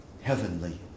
heavenly